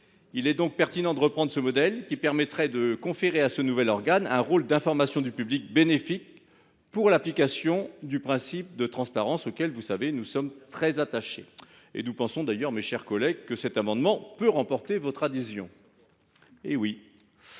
Il est pertinent de reprendre ce modèle, qui permettrait de conférer à ce nouvel organe un rôle d’information du public bénéfique pour l’application du principe de transparence, auquel nous sommes très attachés. Nous pensons, mes chers collègues, que cet amendement peut emporter votre adhésion.